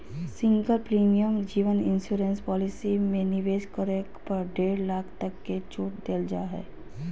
single premium जीवन insurance policy में निवेश करे पर डेढ़ लाख तक के छूट देल जा हइ